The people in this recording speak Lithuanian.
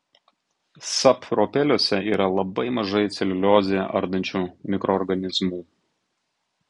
sapropeliuose yra labai mažai celiuliozę ardančių mikroorganizmų